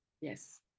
yes